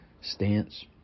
stance